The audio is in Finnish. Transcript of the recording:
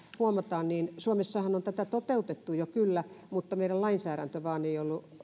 huomataan suomessa on tätä kyllä jo toteutettu mutta meidän lainsäädäntömme vain ei